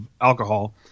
alcohol